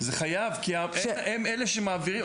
זה חייב, כי הם אלה שמעבירים.